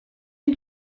and